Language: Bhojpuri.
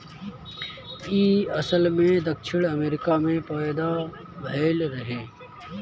इ असल में दक्षिण अमेरिका में पैदा भइल रहे